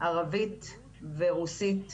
ערבית ורוסית ואנגלית,